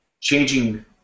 changing